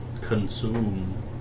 Consume